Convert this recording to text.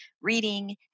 reading